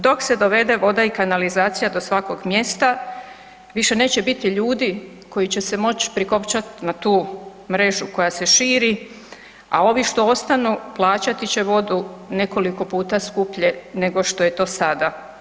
Dok se dovede voda i kanalizacija do svakog mjesta, više neće biti ljudi koji će se moći prikopčat na tu mrežu koja se širi a ovi što ostanu, plaćati će vodu nekoliko puta skuplje nego što je to sada.